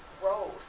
growth